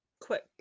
quick